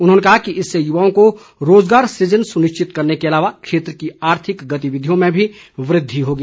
उन्होंने कहा कि इससे युवाओं को रोजगार सृजन सुनिश्चित करने के अलावा क्षेत्र की आर्थिक गतिविधियों में भी वृद्धि होगी